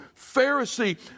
Pharisee